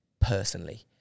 personally